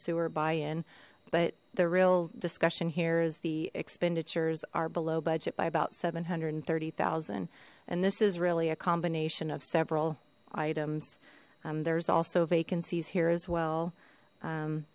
sewer buy in but the real discussion here is the expenditures are below budget by about seven hundred and thirty thousand and this is really a combination of several items there's also vacancies here as well